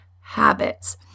habits